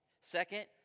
Second